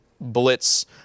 blitz